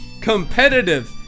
competitive